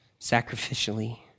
sacrificially